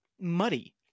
muddy